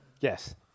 Yes